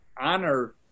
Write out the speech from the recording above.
honor